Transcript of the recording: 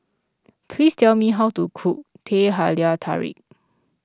please tell me how to cook Teh Halia Tarik